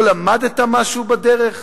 לא למדת משהו בדרך?